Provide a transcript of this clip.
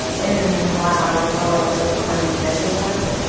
in my eyes, it felt like they were kind of dead in a way.